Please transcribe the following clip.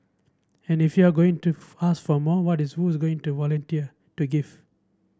and if you are going to ask from more what is who is going to volunteer to give